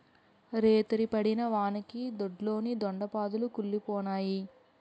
రేతిరి పడిన వానకి దొడ్లోని దొండ పాదులు కుల్లిపోనాయి